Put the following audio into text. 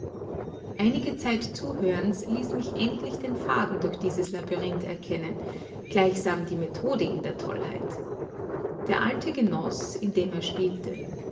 einige zeit zuhörens ließ mich endlich den faden durch dieses labyrinth erkennen gleichsam die methode in der tollheit der alte genoß indem er spielte